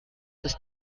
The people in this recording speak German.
ist